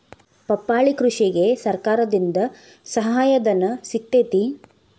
ಪಪ್ಪಾಳಿ ಕೃಷಿಗೆ ಸರ್ಕಾರದಿಂದ ಸಹಾಯಧನ ಸಿಗತೈತಿ